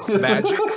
Magic